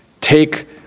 take